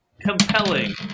Compelling